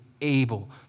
able